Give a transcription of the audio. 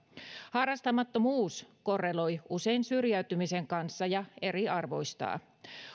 harrastamattomuus korreloi usein syrjäytymisen kanssa ja eriarvoistaa